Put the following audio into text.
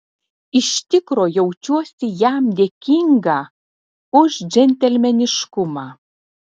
iš tikro jaučiuosi jam dėkinga už džentelmeniškumą